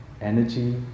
energy